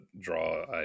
draw